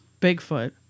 Bigfoot